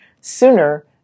sooner